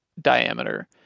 diameter